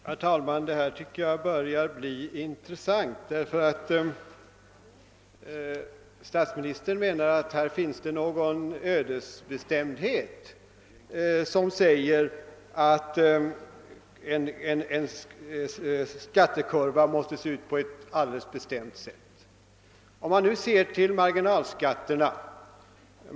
Herr talman! Det här börjar bli intressant. Statsministern menar att det finns någon ödesbestämdhet som säger att en skattekurva måste se ut på ett alldeles särskilt sätt. Låt oss då se till marginalskatterna!